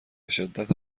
شدت